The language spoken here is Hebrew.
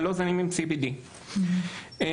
אבל לא זנים עם CBD. בנוסף,